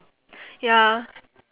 ya